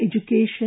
education